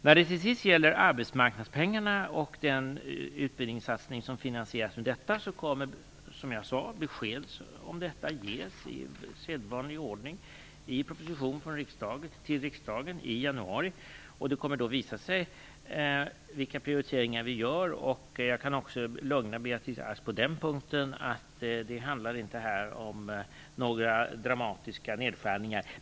När det till sist gäller arbetsmarknadspengarna och den utbildningssatsning som finansieras med dessa kommer, som jag sade, besked att ges i sedvanlig ordning, i proposition till riskdagen i januari. Det visar sig då vilka prioriteringar vi gör. Jag kan lugna Beatrice Ask också på den punkten, att det här inte handlar om några dramatiska nedskärningar.